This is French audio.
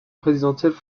présidentielle